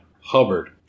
Hubbard